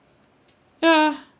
ya